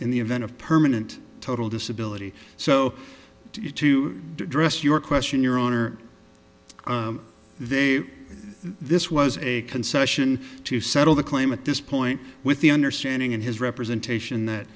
in the event of permanent total disability so to you to address your question your honor they this was a concession to settle the claim at this point with the understanding in his representation that